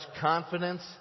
confidence